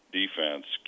defense